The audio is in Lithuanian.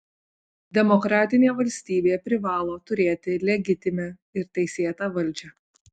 demokratinė valstybė privalo turėti legitimią ir teisėtą valdžią